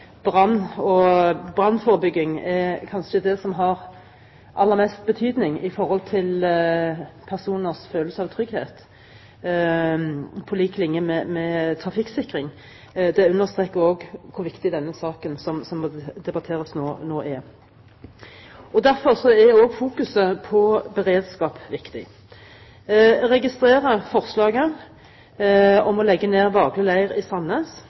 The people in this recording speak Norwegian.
brann og brannforebygging kanskje er det som har aller mest betydning for personers følelse av trygghet, på lik linje med trafikksikring, understreker også hvor viktig denne saken som nå debatteres, er. Derfor er også fokus på beredskap viktig. Jeg registrerer forslaget om å legge ned Vagle leir i Sandnes